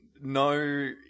no